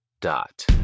dot